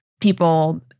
People